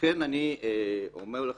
אני אומר לך,